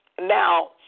Now